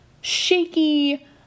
shaky